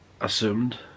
assumed